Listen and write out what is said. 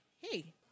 Hey